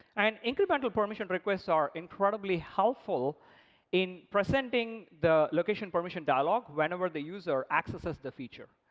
and incremental permission requests are incredibly helpful in presenting the location permission dialog whenever the user accesses the feature.